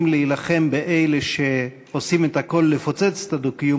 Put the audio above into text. להילחם באלה שעושים את הכול לפוצץ את הדו-קיום,